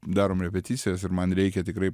darom repeticijas ir man reikia tikrai